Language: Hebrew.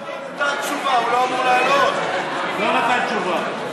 רגע, השר כבר נתן תשובה.